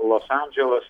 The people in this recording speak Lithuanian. los andželas